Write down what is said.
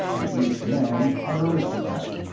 and each man an aristocrat,